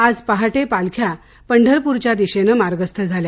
आज पहाटे पालख्या पंढरपूरच्या दिशेनं मार्गस्थ झाल्या